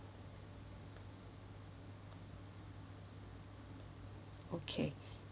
okay